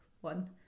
one